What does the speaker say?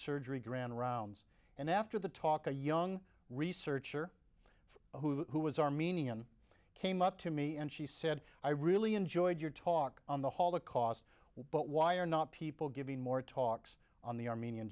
surgery grand rounds and after the talk a young researcher who was armenian came up to me and she said i really enjoyed your talk on the holocaust but why are not people giving more talks on the armenian